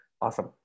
Awesome